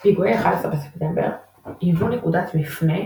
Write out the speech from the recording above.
פיגועי 11 בספטמבר היוו נקודת מפנה.